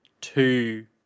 two